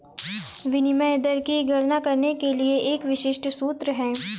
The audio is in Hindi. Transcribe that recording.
विनिमय दर की गणना करने के लिए एक विशिष्ट सूत्र है